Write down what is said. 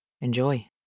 enjoy